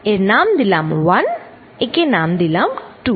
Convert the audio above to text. এর নাম দিলাম1 একে নাম দিলাম2